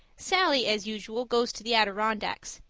sallie, as usual, goes to the adirondacks.